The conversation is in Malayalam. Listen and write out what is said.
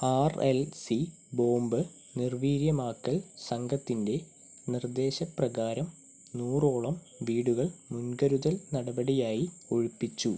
ആർ എൽ സി ബോംബ് നിർവീര്യമാക്കൽ സംഘത്തിൻ്റെ നിർദേശ പ്രകാരം നൂറോളം വീടുകൾ മുൻകരുതൽ നടപടിയായി ഒഴിപ്പിച്ചു